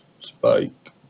Spike